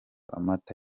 amata